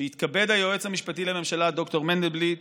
שיתכבד היועץ המשפטי לממשלה ד"ר מנדלבליט